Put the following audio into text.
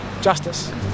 justice